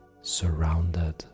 surrounded